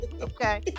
okay